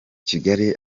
kigali